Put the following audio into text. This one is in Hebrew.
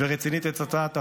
ורצינית את הצעת החוק,